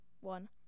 one